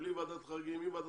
בלי ועדת חריגים וכו'.